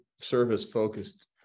service-focused